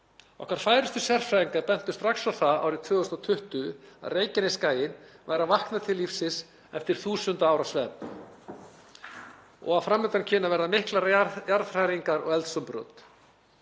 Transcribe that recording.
Okkar færustu sérfræðingar bentu strax á það árið 2020 að Reykjanesskaginn væri að vakna til lífsins eftir þúsund ára svefn og að fram undan kynnu að vera miklar jarðhræringar og eldsumbrot.